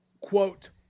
quote